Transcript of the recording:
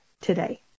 today